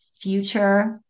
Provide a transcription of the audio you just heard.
future